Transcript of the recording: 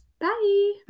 Bye